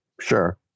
Sure